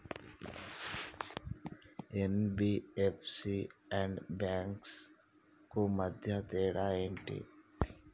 NBFC and banks కు మధ్య తేడా ఏంటిది?